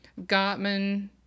Gottman